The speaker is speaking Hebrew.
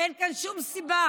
אין כאן שום סיבה